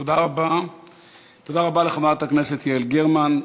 תודה רבה לחברת הכנסת יעל גרמן.